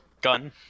Gun